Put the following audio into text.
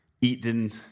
eaten